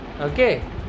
Okay